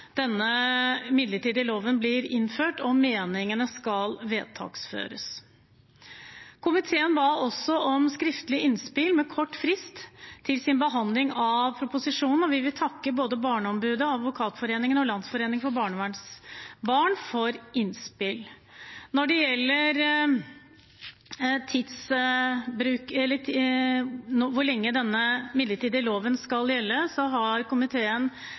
denne midlertidige loven blir innført, og meningene deres skal vedtaksføres. Komiteen ba også om skriftlige innspill med kort frist til sin behandling av proposisjonen, og vi vil takke både Barneombudet, Advokatforeningen og Landsforeningen for barnevernsbarn for innspill. Når det gjelder hvor lenge denne midlertidige loven skal gjelde, har komiteen